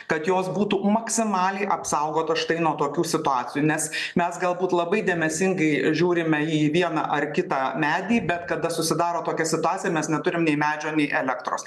kad jos būtų maksimaliai apsaugotos štai nuo tokių situacijų nes mes galbūt labai dėmesingai žiūrime į vieną ar kitą medį bet kada susidaro tokia situacija mes neturim nei medžio nei elektros